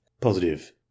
Positive